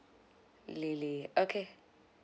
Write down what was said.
lily okay